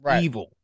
evil